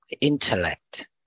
intellect